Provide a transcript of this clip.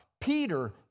Peter